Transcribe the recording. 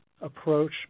approach